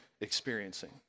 experiencing